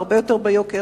הרבה יותר בהמשך.